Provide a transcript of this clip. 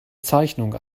zeichnung